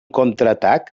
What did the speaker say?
contraatac